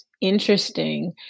interesting